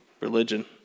religion